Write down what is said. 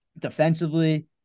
defensively